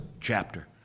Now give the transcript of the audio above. chapter